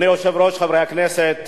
חבר הכנסת